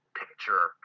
picture